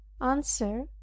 answer